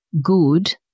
good